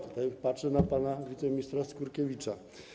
Tutaj patrzę na pana wiceministra Skurkiewicza.